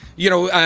you know,